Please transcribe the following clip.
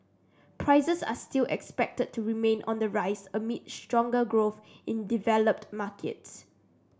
prices are still expected to remain on the rise amid stronger growth in developed markets